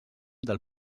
del